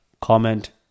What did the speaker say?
comment